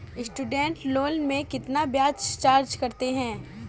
Student loan में कितना ब्याज चार्ज करते हैं?